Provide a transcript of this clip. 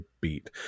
beat